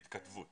בהתכתבות.